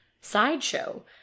sideshow